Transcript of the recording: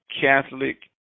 Catholic